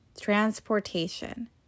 transportation